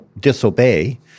disobey